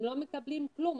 הם לא מקבלים כלום.